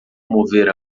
mover